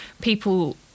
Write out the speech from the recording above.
people